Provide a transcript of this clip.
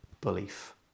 belief